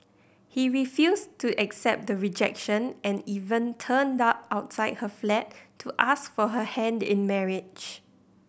he refused to accept the rejection and even turned up outside her flat to ask for her hand in marriage